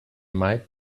might